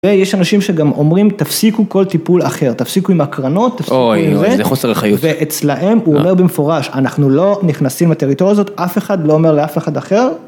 ויש אנשים שגם אומרים תפסיקו כל טיפול אחר, תפסיקו עם הקרנות, אוי אוי זה חוסר אחריות, תפסיקו עם זה ואצלהם הוא אומר במפורש אנחנו לא נכנסים לטריטוריה הזאת, אף אחד לא אומר לאף אחד אחר.